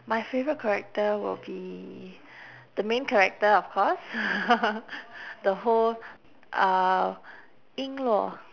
my favourite character will be the main character of course the whole uh ying luo